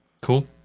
Cool